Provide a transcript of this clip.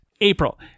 April